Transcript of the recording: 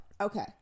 Okay